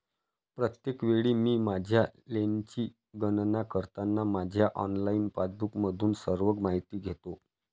प्रत्येक वेळी मी माझ्या लेनची गणना करताना माझ्या ऑनलाइन पासबुकमधून सर्व माहिती घेतो